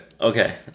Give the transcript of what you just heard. Okay